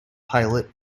pilot